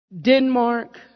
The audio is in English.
Denmark